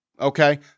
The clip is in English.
okay